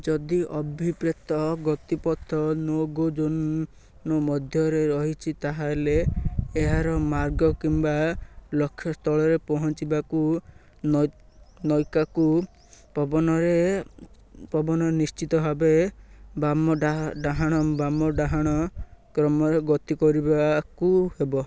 ଯଦି ଅଭିପ୍ରେତ ଗତିପଥ ନୋ ଗୋ ଜୋନ୍ ମଧ୍ୟରେ ରହିଛି ତାହା ହେଲେ ଏହାର ମାର୍ଗ କିମ୍ବା ଲକ୍ଷ୍ୟସ୍ଥଳରେ ପହଞ୍ଚିବାକୁ ନୌକାକୁ ପବନରେ ନିଶ୍ଚିତ ଭାବେ ବାମ ଡ଼ାହାଣ ବାମ ଡ଼ାହାଣ କ୍ରମରେ ଗତି କରିବାକୁ ହେବ